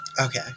Okay